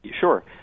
Sure